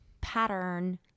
pattern